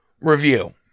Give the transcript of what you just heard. review